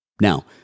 Now